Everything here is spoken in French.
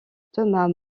thomas